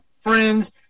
friends